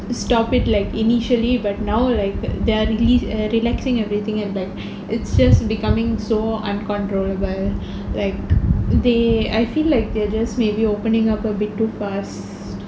stop it like initially but now like they are re~ relaxing everything and like is just becoming so uncontrollable like they I feel like they're just may be opening up a bit too fast